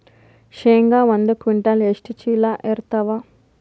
ಶೇಂಗಾ ಒಂದ ಕ್ವಿಂಟಾಲ್ ಎಷ್ಟ ಚೀಲ ಎರತ್ತಾವಾ?